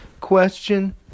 question